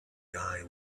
eye